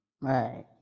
Right